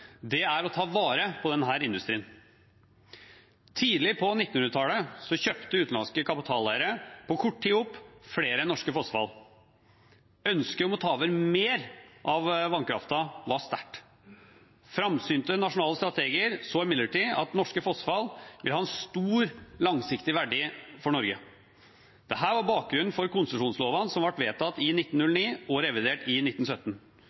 er å ta vare på denne industrien. Tidlig på 1900-tallet kjøpte utenlandske kapitaleiere på kort tid opp flere norske fossefall. Ønsket om å ta over mer av vannkraften var sterkt. Framsynte nasjonale strateger så imidlertid at norske fossefall ville ha en stor, langsiktig verdi for Norge. Dette er bakgrunnen for konsesjonslovene som ble vedtatt i 1909 og revidert i 1917.